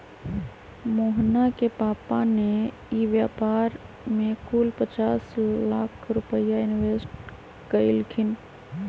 मोहना के पापा ने ई व्यापार में कुल पचास लाख रुपईया इन्वेस्ट कइल खिन